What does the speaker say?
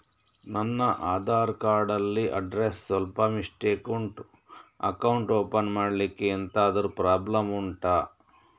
ನನ್ನ ಆಧಾರ್ ಕಾರ್ಡ್ ಅಲ್ಲಿ ಅಡ್ರೆಸ್ ಸ್ವಲ್ಪ ಮಿಸ್ಟೇಕ್ ಉಂಟು ಅಕೌಂಟ್ ಓಪನ್ ಮಾಡ್ಲಿಕ್ಕೆ ಎಂತಾದ್ರು ಪ್ರಾಬ್ಲಮ್ ಉಂಟಾ